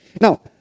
Now